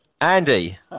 andy